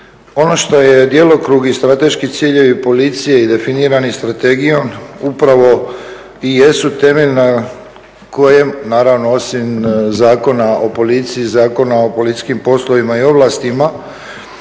Ono što je djelokrug i strateški ciljevi policije i definirani strategijom upravo i jesu temelj na kojem naravno osim Zakona o policiji, Zakona o policijskim poslovima i ovlastima